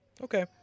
Okay